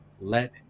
Let